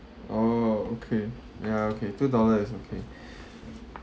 oh okay ya okay two dollar is okay